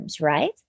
right